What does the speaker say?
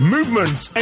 Movements